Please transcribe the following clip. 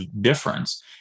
difference